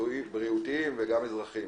בריאותיים ואזרחיים,